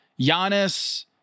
Giannis